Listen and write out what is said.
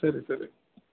ಸರಿ ಸರಿ